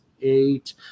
eight